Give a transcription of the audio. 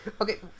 Okay